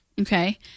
Okay